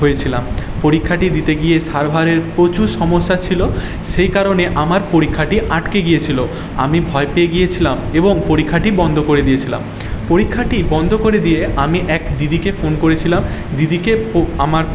হয়েছিলাম পরীক্ষাটি দিতে গিয়ে সার্ভারের প্রচুর সমস্যা ছিল সেই কারণে আমার পরীক্ষাটি আটকে গেছিল আমি ভয় পেয়ে গিয়েছিলাম এবং পরীক্ষাটি বন্ধ করে দিয়েছিলাম পরীক্ষাটি বন্ধ করে দিয়ে আমি এক দিদিকে ফোন করেছিলাম দিদিকে প আমার